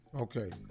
Okay